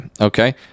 okay